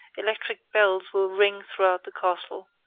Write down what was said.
electric bells will ring throughout the castle.